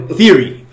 theory